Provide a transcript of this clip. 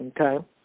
okay